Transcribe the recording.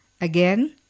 Again